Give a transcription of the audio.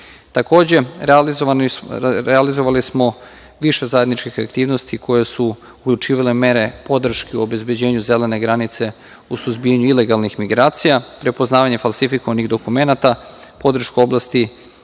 MUP.Takođe, realizovali smo više zajedničkih aktivnosti koje su uključivale mere podrške u obezbeđivanju zelene granice u suzbijanju ilegalnih migracija, prepoznavanje falsifikovanih dokumenata, podrška u oblasti